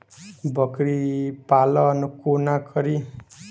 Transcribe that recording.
बकरी पालन कोना करि?